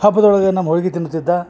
ಹಬ್ದೊಳಗ ನಮ್ಮ ಹೋಳ್ಗಿ ತಿನ್ನುತಿದ್ದ